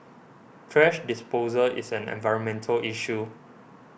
thrash disposal is an environmental issue